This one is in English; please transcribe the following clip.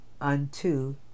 unto